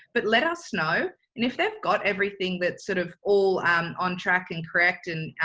but let us know and if they've got everything that's sort of all on track and correct and,